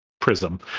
prism